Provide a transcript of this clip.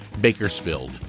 Bakersfield